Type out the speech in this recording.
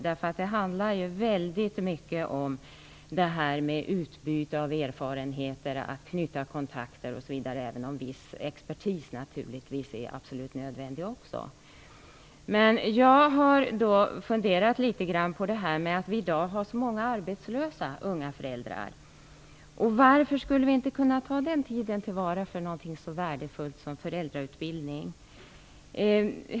Det handlar ju väldigt mycket om utbyte av erfarenheter, att knyta kontakter osv., även om viss expertis naturligtvis också är nödvändig. Jag har funderat litet grand på att vi i dag har så många arbetslösa unga föräldrar. Varför skulle vi inte kunna ta den tiden till vara för någonting så värdefullt som föräldrautbildning?